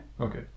Okay